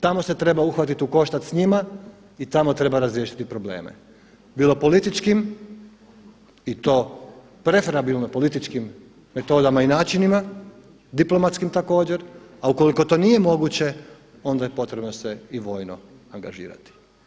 Tamo se treba uhvatiti u koštac s njima i tamo treba razriješiti probleme bilo političkim i to preferabilno političkim metodama i načinima, diplomatskim također, a ukoliko to nije moguće onda je potrebno se i vojno angažirati.